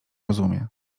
rozumie